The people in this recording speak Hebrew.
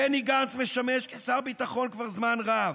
בני גנץ משמש כשר ביטחון כבר זמן רב.